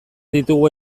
ditugu